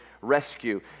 rescue